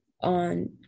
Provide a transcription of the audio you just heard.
on